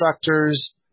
instructors